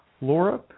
Laura